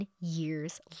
years